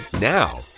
Now